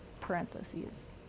parentheses